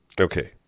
Okay